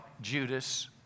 Judas